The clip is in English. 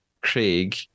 Craig